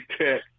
tech